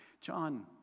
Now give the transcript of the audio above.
John